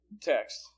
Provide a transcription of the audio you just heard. text